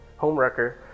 Homewrecker